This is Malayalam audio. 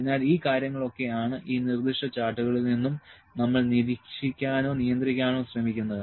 അതിനാൽ ഈ കാര്യങ്ങൾ ഒക്കെ ആണ് ഈ നിർദ്ദിഷ്ട ചാർട്ടുകളിൽ നിന്നും നമ്മൾ നിരീക്ഷിക്കാനോ നിയന്ത്രിക്കാനോ ശ്രമിക്കുന്നത്